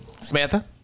Samantha